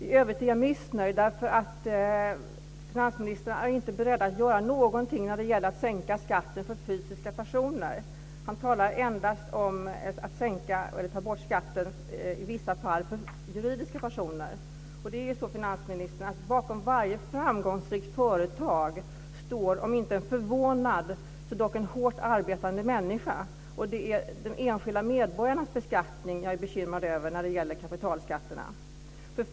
I övrigt är jag missnöjd därför att finansministern inte är beredd att göra någonting när det gäller att sänka skatten för fysiska personer. Han talar endast om att ta bort skatten i vissa fall för juridiska personer. Det är ju på det sättet, finansministern, att det bakom varje framgångsrikt företag står om inte en förvånad så dock en hårt arbetande människa. Och det är de enskilda medborgarnas beskattning som jag är bekymrad över när det gäller kapitalskatterna.